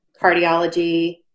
cardiology